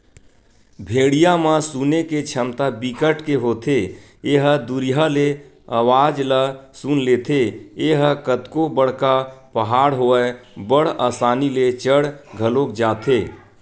भेड़िया म सुने के छमता बिकट के होथे ए ह दुरिहा ले अवाज ल सुन लेथे, ए ह कतको बड़का पहाड़ होवय बड़ असानी ले चढ़ घलोक जाथे